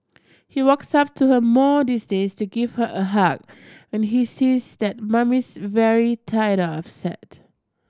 he walks up to her more these days to give her a hug when he sees that Mummy's very tired upset